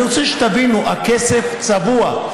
אני רוצה שתבינו, הכסף צבוע.